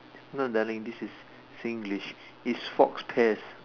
no darling this is Singlish it's faux pas